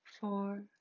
four